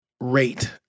rate